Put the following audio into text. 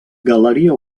galeria